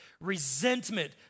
resentment